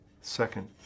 Second